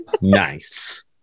nice